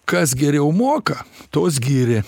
kas geriau moka tuos giri